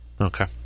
Okay